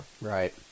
right